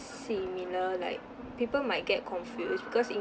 similar like people might get confused because